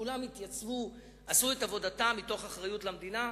כולם התייצבו, ועשו את עבודתם מתוך אחריות למדינה.